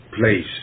place